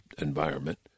environment